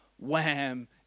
wham